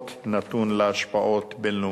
נושא שגורם לעלייה דרמטית בתהליכי הדה-לגיטימציה